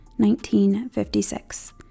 1956